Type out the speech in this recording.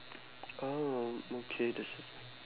oh okay that's s~